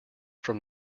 from